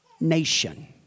nation